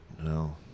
no